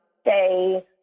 stay